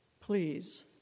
please